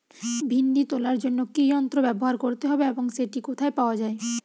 ভিন্ডি তোলার জন্য কি যন্ত্র ব্যবহার করতে হবে এবং সেটি কোথায় পাওয়া যায়?